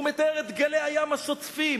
הוא מתאר את גלי הים השוצפים,